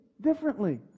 differently